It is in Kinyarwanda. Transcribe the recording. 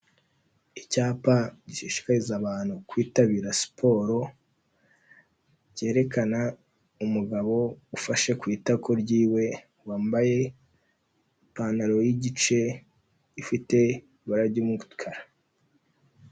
Icyapa gishishikariza abantu kwitabira siporo, cyerekana umugabo ufashe ku itako ryiwe, wambaye ipantaro y'igice ifite ibara ry'umukara.